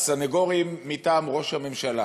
הסנגורים מטעם ראש הממשלה.